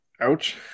Ouch